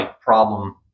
problem